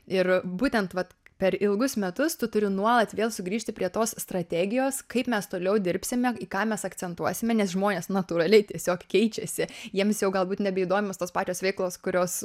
ir būtent vat per ilgus metus tu turi nuolat vėl sugrįžti prie tos strategijos kaip mes toliau dirbsime ką mes akcentuosime nes žmonės natūraliai tiesiog keičiasi jiems jau galbūt nebeįdomios tos pačios veiklos kurios